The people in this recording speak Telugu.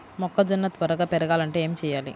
మొక్కజోన్న త్వరగా పెరగాలంటే ఏమి చెయ్యాలి?